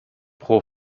pro